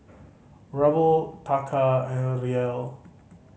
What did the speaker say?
Ruble Taka and Riel